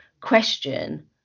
question